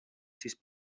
sis